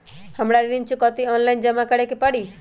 हमरा ऋण चुकौती ऑनलाइन जमा करे के परी?